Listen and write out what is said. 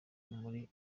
muri